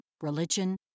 religion